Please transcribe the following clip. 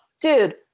dude